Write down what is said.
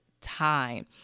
time